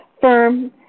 firm